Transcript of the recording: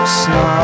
snow